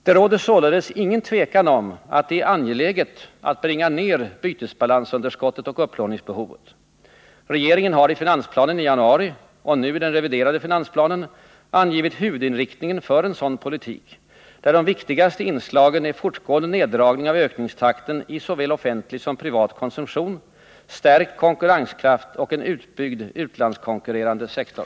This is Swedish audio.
Det råder således inget tvivel om att det är angeläget att bringa ned bytesbalansunderskottet och upplåningsbehovet. Regeringen har i finansplanenii januari och nu i den reviderade finansplanen angivit huvudinriktningen för en sådan politik där de viktigaste inslagen är fortgående neddragning av ökningstakten i såväl offentlig som privat konsumtion, stärkt konkurrenskraft och en utbyggd utlandskonkurrerande sektor.